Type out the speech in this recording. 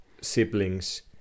siblings